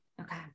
Okay